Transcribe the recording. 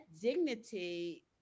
dignity